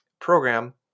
program